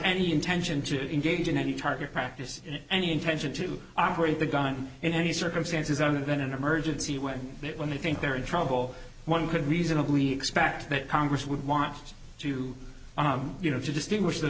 any intention to engage in any target practice in any intention to operate the gun in any circumstances other than an emergency when it when they think they're in trouble one could reasonably expect that congress would want to you know to distinguish the